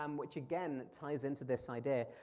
um which again, ties into this idea.